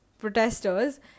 protesters